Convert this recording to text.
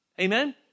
Amen